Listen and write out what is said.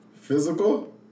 physical